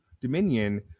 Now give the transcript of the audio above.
Dominion